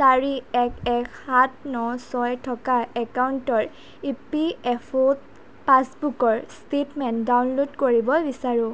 চাৰি এক এক সাত ন ছয় থকা একাউণ্টৰ ইপিএফঅ' পাছবুকৰ ষ্টেটমেণ্ট ডাউনলোড কৰিব বিচাৰোঁ